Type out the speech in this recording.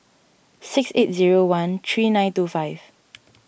six eight zero one three nine two five